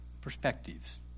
perspectives